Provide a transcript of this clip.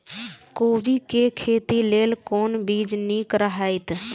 कोबी के खेती लेल कोन बीज निक रहैत?